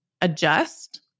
adjust